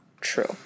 true